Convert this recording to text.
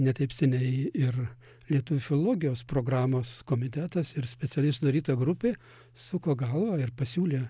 ne taip seniai ir lietuvių filologijos programos komitetas ir specialiai sudaryta grupė suko galvą ir pasiūlė